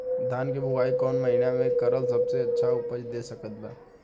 धान के बुआई कौन महीना मे करल सबसे अच्छा उपज दे सकत बा?